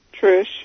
Trish